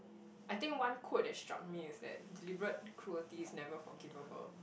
I think one quote that struck me is that deliberate cruelty is never forgivable